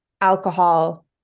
alcohol